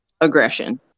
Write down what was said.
aggression